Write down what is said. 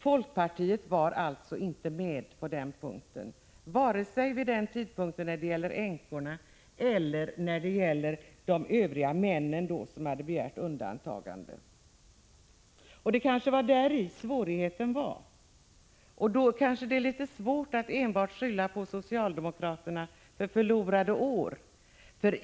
Folkpartiet var alltså inte med på den punkten, varken vid den tidpunkt när det gällde änkorna eller när det gällde de män som hade begärt undantagande. Det kanske var däri svårigheten låg, men i så fall är det svårt att enbart skylla på socialdemokraterna för förlorade år.